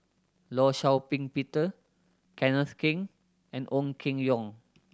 Law Shau Ping Peter Kenneth Keng and Ong Keng Yong